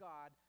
God